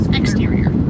exterior